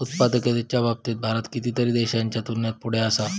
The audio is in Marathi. उत्पादकतेच्या बाबतीत भारत कितीतरी देशांच्या तुलनेत पुढे असा